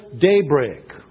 daybreak